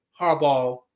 Harbaugh